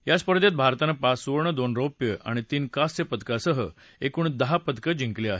या स्पर्धेत भारतानं पाच सुवर्ण दोन रौप्य आणि तीन कांस्य पदकासह एकूण दहा पदकं जिंकली आहेत